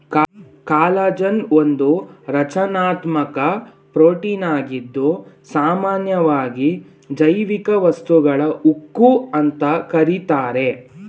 collagen ಒಂದು ರಚನಾತ್ಮಕ ಪ್ರೋಟೀನಾಗಿದ್ದು ಸಾಮನ್ಯವಾಗಿ ಜೈವಿಕ ವಸ್ತುಗಳ ಉಕ್ಕು ಅಂತ ಕರೀತಾರೆ